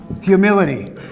Humility